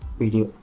video